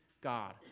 God